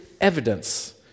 evidence